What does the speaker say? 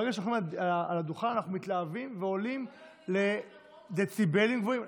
ברגע שאנחנו על הדוכן אנחנו מתלהבים ועולים לדציבלים גבוהים.